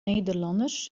nederlanners